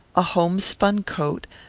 a homespun coat,